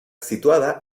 situada